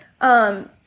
Um-